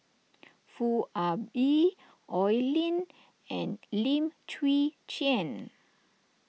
Foo Ah Bee Oi Lin and Lim Chwee Chian